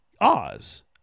Oz